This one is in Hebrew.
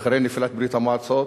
אחרי נפילת ברית-המועצות,